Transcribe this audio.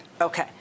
Okay